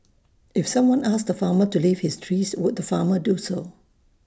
if someone asked the farmer to leave his trees would the farmer do so